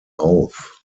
auf